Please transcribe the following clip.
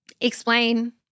explain